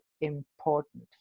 important